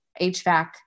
HVAC